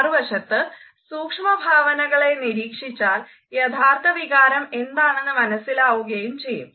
മറുവശത്ത് സൂക്ഷമഭാവനങ്ങളെ നിരീക്ഷിച്ചാൽ യഥാർത്ഥ വികാരം എന്താണെന്നു മനസ്സിലാവുകയും ചെയ്യും